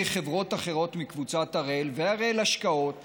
חברות אחרות מקבוצת הראל והראל השקעות וחברות-בנות,